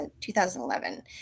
2011